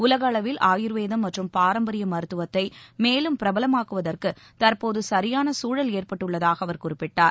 உலக அளவில் ஆயுர்வேதம் மற்றும் பாரம்பரிய மருத்துவத்தை மேலும் பிரபலமாக்குவதற்கு தற்போது சரியான சூழல் ஏற்பட்டுள்ளதாக அவர் குறிப்பிட்டார்